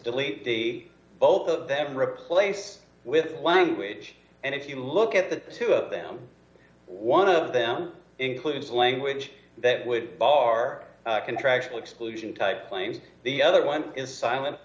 delete the both of them replace with language and if you look at the two of them one of them includes a language that would bar contractual exclusion type claims the other one is silen